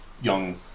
young